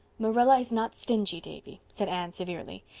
marilla is not stingy, davy, said anne severely.